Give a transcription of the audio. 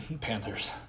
Panthers